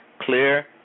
clear